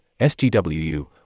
SGWU